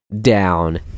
down